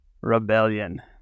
Rebellion